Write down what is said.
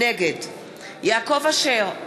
נגד יעקב אשר,